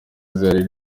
zihari